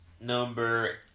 Number